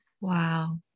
wow